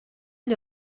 gli